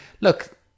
look